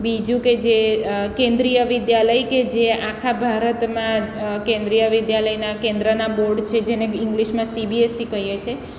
બીજું કે જે કેન્દ્રીય વિદ્યાલય કે જે આખા ભારતમાં કેન્દ્રીય વિદ્યાલયના કેન્દ્રના બોર્ડ છે જેને ઇંગ્લિશમાં સીબીએસસી કહીએ છે